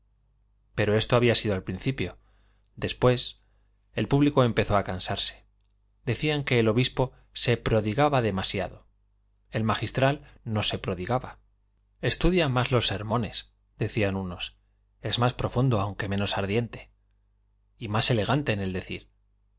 pero esto había sido al principio después el público empezó a cansarse decían que el obispo se prodigaba demasiado el magistral no se prodigaba estudia más los sermones decían unos es más profundo aunque menos ardiente y más elegante en el decir y